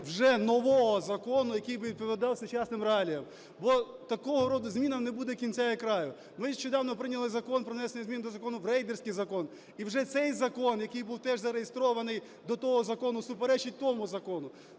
вже нового закону, який би відповідав сучасним реаліям. Бо такого роду змінам не буде кінця і краю. Ми нещодавно прийняли закон про внесення змін до закону, в "рейдерський" закон. І вже цей закон, який був теж зареєстрований до того закону, суперечить тому закону.